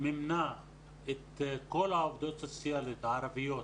מימנה את כל העובדות הסוציאליות הערביות